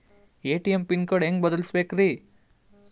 ATM pin code ಹೆಂಗ್ ಬದಲ್ಸ್ಬೇಕ್ರಿ?